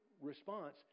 response